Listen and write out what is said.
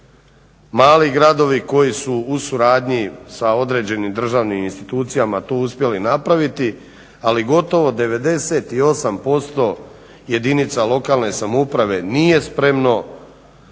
mali gradovi koji su u suradnji sa određenim državnim institucijama to uspjeli napraviti, ali gotovo 98% jedinica lokalne samouprave nije spremno odnosno